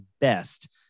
best